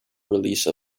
release